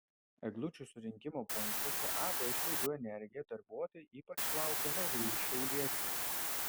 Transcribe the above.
eglučių surinkimo punktuose ab šiaulių energija darbuotojai ypač laukė mažųjų šiauliečių